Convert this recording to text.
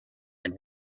and